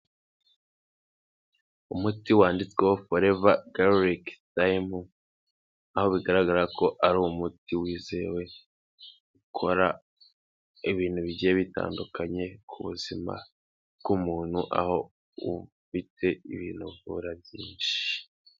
Umuti wanditsweho Forever Garlic Thyme, aho bigaragara ko ari umuti wizewe ukora ibintu bigiye bitandukanye ku buzima bw'umuntu, aho uba ufite ibintu uvura byinshi.